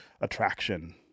attraction